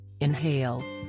inhale